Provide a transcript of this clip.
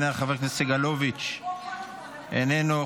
איננה,